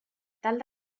tal